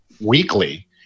weekly